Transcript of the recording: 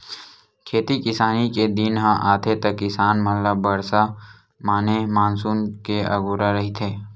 खेती किसानी के दिन ह आथे त किसान मन ल बरसा माने मानसून के अगोरा रहिथे